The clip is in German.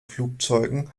flugzeugen